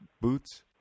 boots